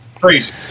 Crazy